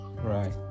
Right